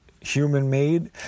human-made